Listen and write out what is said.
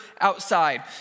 outside